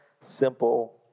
simple